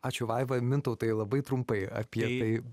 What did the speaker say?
ačiū vaiva mintautai labai trumpai apie tai